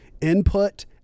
input